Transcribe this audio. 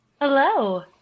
Hello